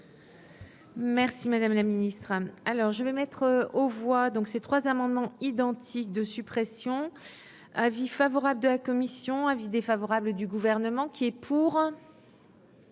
Merci madame la ministre, hein, alors je vais mettre aux voix, donc ces trois amendements identiques de suppression avis favorable de la commission avis défavorable du gouvernement qui est pour.